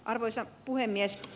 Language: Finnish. arvoisa puhemies